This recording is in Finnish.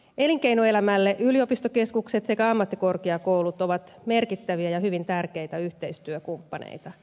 elinkeinoelämälle yliopistokeskukset sekä ammattikorkeakoulut ovat merkittäviä ja hyvin tärkeitä yhteistyökumppaneita